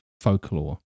folklore